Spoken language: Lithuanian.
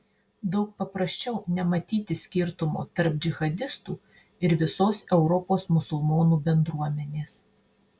daug paprasčiau nematyti skirtumo tarp džihadistų ir visos europos musulmonų bendruomenės